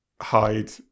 hide